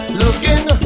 looking